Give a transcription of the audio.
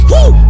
Woo